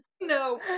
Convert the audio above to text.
No